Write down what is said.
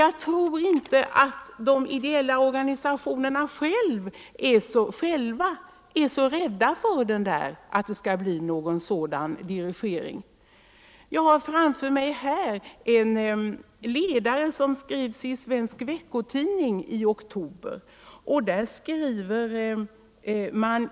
Jag tror inte heller att de ideella organisationerna själva är så rädda för att det skall bli någon sådan dirigering. Jag har framför mig en ledare i Svensk Veckotidning för den 4 oktober 1974.